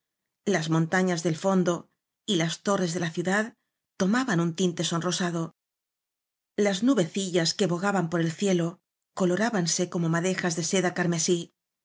las montañas del fondo y las torres de la ciudad tomaban un tinte sonrosado las nubecillas que bogaban por el cielo colorábanse como madejas de seda carmesí